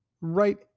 Right